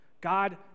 God